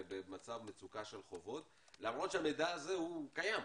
במצב מצוקה של חובות למרות שהמידע הזה הוא קיים,